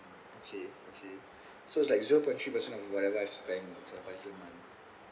okay okay so it's like zero point three percent of whatever I spent in a particular month